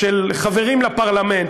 של חברים לפרלמנט,